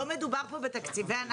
לא מדובר פה בתקציבי ענק.